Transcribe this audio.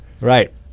Right